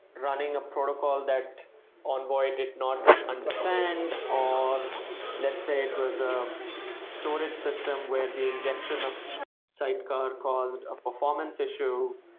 running a protocol that envoy did not understand, or let's say it was a storage system where the injection of sidecar caused a performance issue.